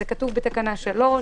זה כתוב בתקנה 3,